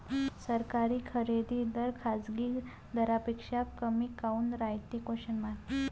सरकारी खरेदी दर खाजगी दरापेक्षा कमी काऊन रायते?